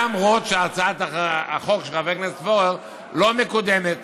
למרות שהצעת החוק של חבר הכנסת פורר לא מקודמת